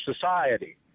society